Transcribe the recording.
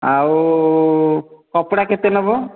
ଆଉ କପଡ଼ା କେତେ ନେବ